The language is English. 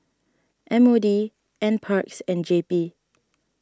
M O D N Parks and J P